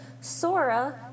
Sora